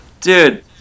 Dude